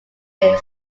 have